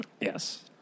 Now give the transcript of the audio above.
Yes